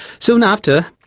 soon after,